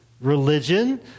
religion